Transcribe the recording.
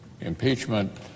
impeachment